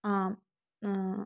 ആ ആ